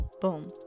Boom